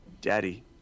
Daddy